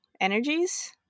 energies